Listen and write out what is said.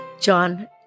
John